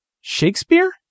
Shakespeare